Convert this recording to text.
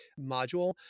module